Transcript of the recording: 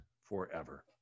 forever